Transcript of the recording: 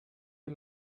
you